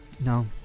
No